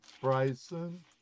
Bryson